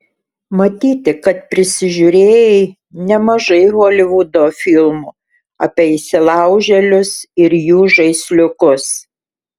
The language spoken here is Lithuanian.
matyti kad prisižiūrėjai nemažai holivudo filmų apie įsilaužėlius ir jų žaisliukus